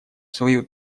свою